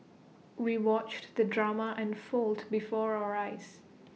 we watched the drama unfold before our eyes